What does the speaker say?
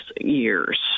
years